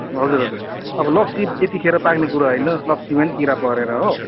हजुर हजुर अब लप्सी यतिखेर पाक्ने बेला होइन लप्सीमा पनि किरा परेर हो